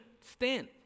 Stand